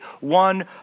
one